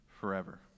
forever